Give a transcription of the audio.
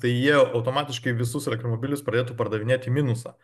tai jie automatiškai visus elektromobilius pradėtų pardavinėt į minusą